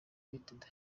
ltd